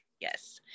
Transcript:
Yes